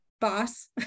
boss